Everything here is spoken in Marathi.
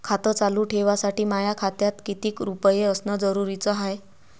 खातं चालू ठेवासाठी माया खात्यात कितीक रुपये असनं जरुरीच हाय?